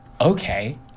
okay